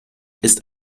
ist